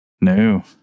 No